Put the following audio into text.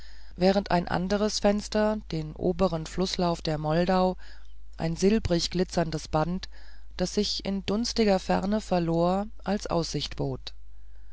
während ein anderes fenster den oberen flußlauf der moldau ein silberig glitzerndes band das sich in dunstiger ferne verlor als aussicht bot